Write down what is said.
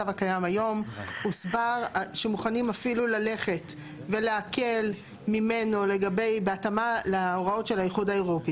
הוסבר שמוכנים אפילו ללכת ולהקל ממנו בהתאמה להוראות של האיחוד האירופי.